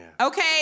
Okay